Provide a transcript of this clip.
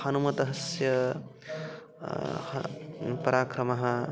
हनुमतः स्य पराक्रमः